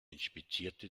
inspizierte